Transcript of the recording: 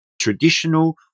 traditional